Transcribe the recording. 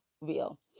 real